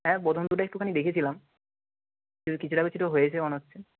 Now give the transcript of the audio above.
হ্যাঁ প্রথম দুটো একটুখানি দেখেছিলাম কিছুটা কিছুটা হয়েছে মনে হচ্ছে